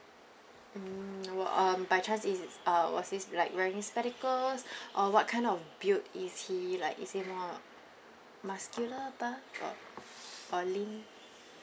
mm well um by chance is uh was he s~ like wearing spectacles or what kind of build is he like is he more muscular buff or or lean